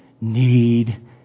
need